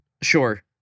Sure